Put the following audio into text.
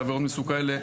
בעבירות מסוגים כאלה,